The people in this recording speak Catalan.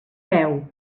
veu